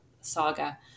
saga